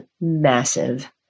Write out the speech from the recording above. massive